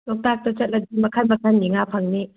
ꯂꯣꯛꯇꯥꯛꯇ ꯆꯠꯂꯗꯤ ꯃꯈꯟ ꯃꯈꯟꯒꯤ ꯉꯥ ꯐꯪꯅꯤ